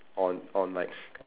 on on like